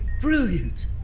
brilliant